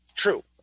True